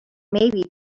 maybe